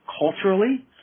culturally